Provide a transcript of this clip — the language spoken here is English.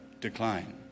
decline